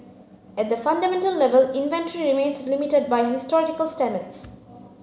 at the fundamental level inventory remains limited by historical standards